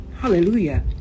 Hallelujah